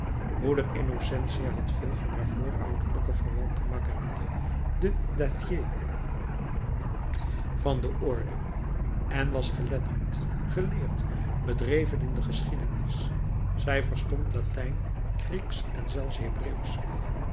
moeder innocentia had veel van haar voorouderlijke verwante marguerite de dacier van de orde en was geletterd geleerd bedreven in de geschiedenis zij verstond latijn grieksch en zelfs hebreeuwsch